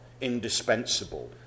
indispensable